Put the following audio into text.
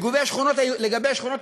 לגבי השכונות היהודיות,